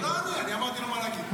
אני אמרתי לו מה להגיד.